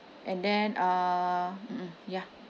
and then uh mm mm ya